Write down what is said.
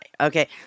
Okay